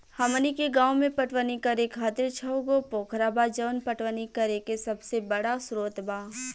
हमनी के गाँव में पटवनी करे खातिर छव गो पोखरा बा जवन पटवनी करे के सबसे बड़ा स्रोत बा